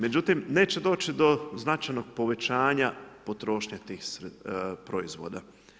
Međutim, neće doći do značajnog povećanja potrošnje tih proizvoda.